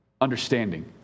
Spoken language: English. understanding